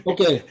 Okay